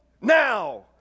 now